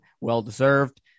Well-deserved